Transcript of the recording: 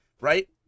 Right